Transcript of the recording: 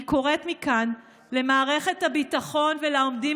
אני קוראת מכאן למערכת הביטחון ולעומדים